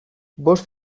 bost